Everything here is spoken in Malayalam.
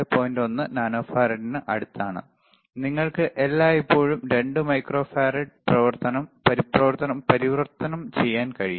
1 നാനോ ഫറാഡ് അടുത്താണ് നിങ്ങൾക്ക് എല്ലായ്പ്പോഴും 2 മൈക്രോഫറാഡ് പരിവർത്തനം ചെയ്യാൻ കഴിയും